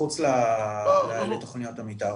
מחוץ לתכניות המתאר.